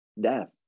death